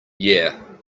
yeah